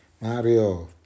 Mario